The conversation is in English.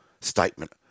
statement